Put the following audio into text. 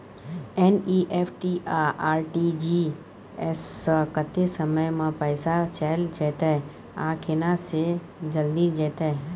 NEFT आ RTGS स कत्ते समय म पैसा चैल जेतै आ केना से जल्दी जेतै?